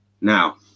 now